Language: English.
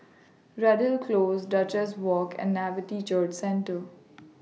Redhill Close Duchess Walk and Nativity Church Centre